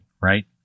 right